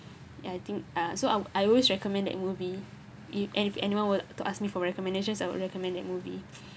ya I think uh so I'll I always recommend that movie if and if anyone were to ask me for recommendations I would recommend that movie